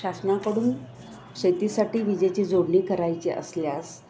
शासनाकडून शेतीसाठी विजेची जोडणी करायची असल्यास